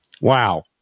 Wow